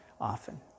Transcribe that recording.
often